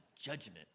judgment